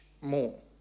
more